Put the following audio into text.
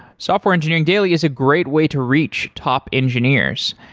software engineering daily is a great way to reach top engineers.